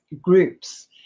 groups